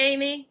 Amy